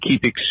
keep